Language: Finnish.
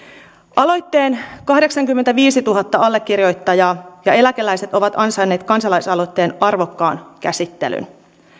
aloitteen kahdeksankymmentäviisituhatta allekirjoittajaa ja eläkeläiset ovat ansainneet kansalaisaloitteen arvokkaan käsittelyn